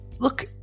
Look